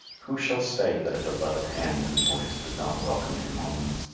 who shall say that a beloved hand and voice did not welcome him home?